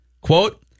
Quote